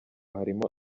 harimo